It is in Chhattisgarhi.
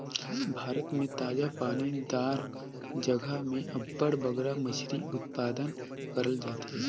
भारत में ताजा पानी दार जगहा में अब्बड़ बगरा मछरी उत्पादन करल जाथे